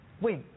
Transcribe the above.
wait